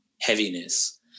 heaviness